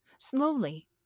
Slowly